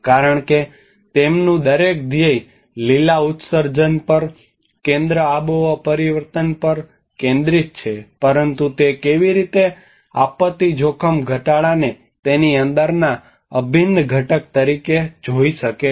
કારણ કે તેમનું દરેક ધ્યેય લીલા ઉત્સર્જન પર કેન્દ્ર આબોહવા પરિવર્તન પર કેન્દ્રિત છે પરંતુ તે કેવી રીતે આપત્તિ જોખમ ઘટાડાને તેની અંદરના અભિન્ન ઘટક તરીકે જોઈ શકે છે